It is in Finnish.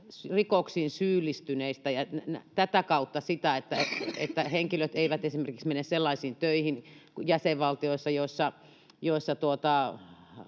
rikoksiin syyllistyneistä ja tätä kautta siitä, että henkilöt eivät esimerkiksi mene sellaisiin töihin jäsenvaltioissa, joissa